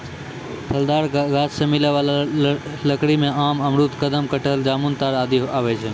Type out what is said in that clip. फलदार गाछ सें मिलै वाला लकड़ी में आम, अमरूद, कदम, कटहल, जामुन, ताड़ आदि आवै छै